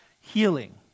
healing